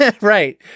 Right